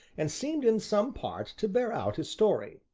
and seemed in some part to bear out his story.